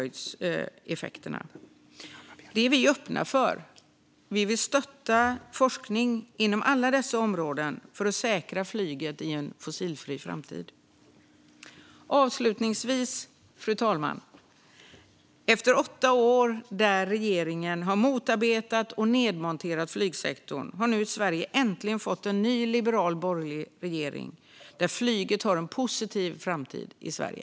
Detta är vi öppna för. Vi vill stötta forskning inom alla dessa områden för att säkra flyget i en fossilfri framtid. Avslutningsvis, fru talman - efter åtta år då regeringen har motarbetat och nedmonterat flygsektorn har Sverige nu äntligen fått en ny liberal, borgerlig regering, för vilken flyget har en positiv framtid i Sverige.